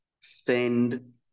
send